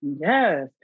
Yes